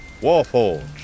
warforge